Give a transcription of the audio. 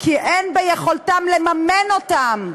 כי אין ביכולתם לממן אותן.